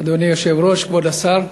אדוני היושב-ראש, כבוד השר,